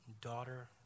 daughter